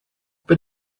but